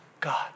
God